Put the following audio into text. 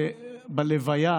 לאורך ההיסטוריה